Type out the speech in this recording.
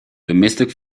domestic